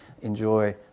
enjoy